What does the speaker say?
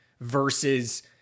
versus